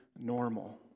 normal